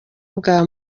bwa